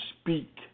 speak